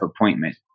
appointment